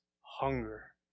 hunger